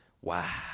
Wow